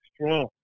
strong